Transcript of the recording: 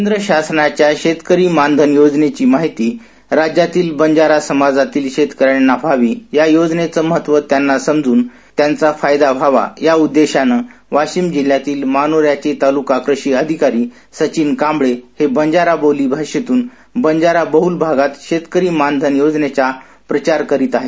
केंद्र शासनाच्या शेतकरी मानधन योजनेची माहिती राज्यातील बंजारा समाजातील शेतकऱ्यांना व्हावी या योजनेच महत्व त्यांना समजून त्याचा फायदा व्हावा या ऊद्देशान वाशिम जिल्ह्यातील मानोऱ्याचे तालुका कृषी अधिकारी सचिन कांबळे हे बजारा बोलीभाषेतून बजारा बहल भागांत शेतकरी मानधन योजनेचा प्रचार करीत आहेत